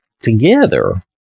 Together